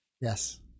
yes